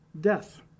death